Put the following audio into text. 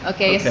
Okay